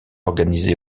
organisé